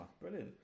brilliant